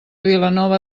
vilanova